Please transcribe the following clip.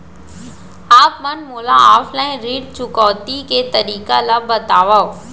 आप मन मोला ऑफलाइन ऋण चुकौती के तरीका ल बतावव?